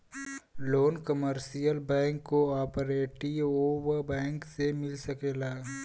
loan commercial bank cooperative bank से मिल सकेला